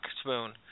spoon